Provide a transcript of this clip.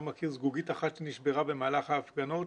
מכיר זגוגית אחת שנשברה במהלך ההפגנות,